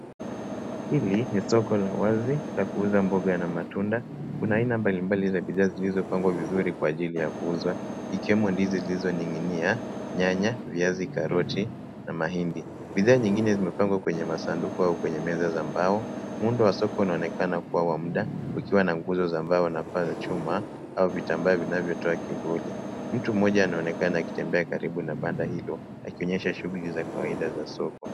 Hili ni soko la wazi la kuuza mboga na matunda, kuna aina mbalimbali za bidhaa zilizopangwa vizuri kwa ajili ya kuuzwa; ikiwemo ndizi zilizoning'inia, nyanya, viazi, karoti na mahindi. Bidhaa nyingine zimepangwa kwenye sanduku au kwenye meza za mbao, muundo wa soko unaonekana kuwa wa muda ukiwa na nguzo za mbao na paa la chuma au vitambaa vinavyotoa kivuli. Mtu mmoja anaonekana akitembea karibu na banda hilo, akionyesha shughuli za kawaida za soko.